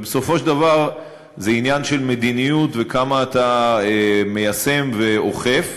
ובסופו של דבר זה עניין של מדיניות וכמה אתה מיישם ואוכף.